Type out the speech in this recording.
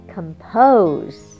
Compose